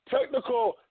Technical